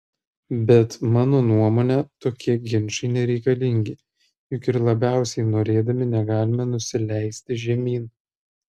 bet mano nuomone tokie ginčai nereikalingi juk ir labiausiai norėdami negalime nusileisti žemyn